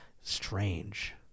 strange